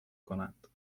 کنند